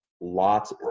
lots